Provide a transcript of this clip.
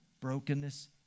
brokenness